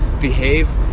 behave